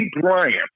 Bryant